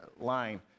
line